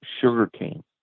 sugarcane